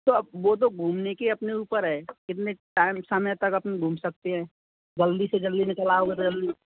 वो तो घूमने की अपने ऊपर है कितने टाइम समय तक अपन घूम सकते हैं जल्दी से जल्दी में चलाओगे तो जल्दी